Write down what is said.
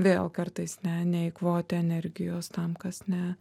vėl kartais ne neeikvoti energijos tam kas ne